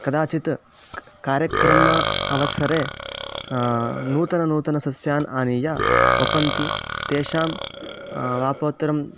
कदाचित् कार्यक्रमस्य अवसरे नूतननूतन सस्यान् आनीय वपन्ति तेषां वापोत्तरम्